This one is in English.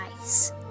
ice